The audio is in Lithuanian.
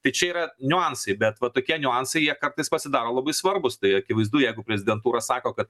tai čia yra niuansai bet va tokie niuansai jie kartais pasidaro labai svarbūs tai akivaizdu jeigu prezidentūra sako kad